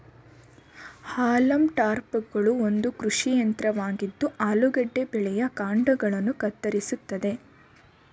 haulm ಟಾಪರ್ಗಳು ಒಂದು ಕೃಷಿ ಯಂತ್ರವಾಗಿದ್ದು ಆಲೂಗೆಡ್ಡೆ ಬೆಳೆಯ ಕಾಂಡಗಳನ್ನ ಕತ್ತರಿಸ್ತದೆ